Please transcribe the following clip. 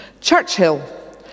Churchill